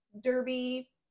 Derby